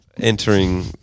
entering